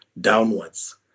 downwards